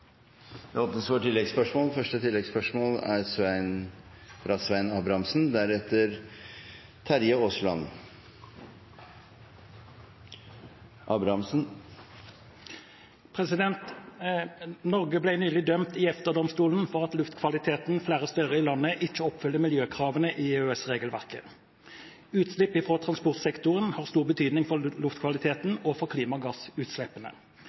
Det åpnes for oppfølgingsspørsmål – først Svein Abrahamsen. Norge ble nylig dømt i EFTA-domstolen for at luftkvaliteten flere steder i landet ikke oppfyller miljøkravene i EØS-regelverket. Utslipp fra transportsektoren har stor betydning for luftkvaliteten og klimagassutslippene.